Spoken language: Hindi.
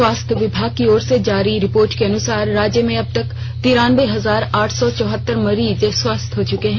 स्वास्थ्य विभाग की ओर से जारी रिपोर्ट के अनुसार राज्य में अबतक तिरानबे हजार आठ सौ चौहत्तर मरीज स्वस्थ हो चुके हैं